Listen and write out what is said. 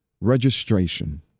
Registration